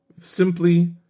simply